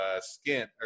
skin